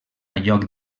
lloc